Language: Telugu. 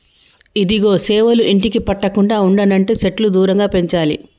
ఇదిగో సేవలు ఇంటికి పట్టకుండా ఉండనంటే సెట్లు దూరంగా పెంచాలి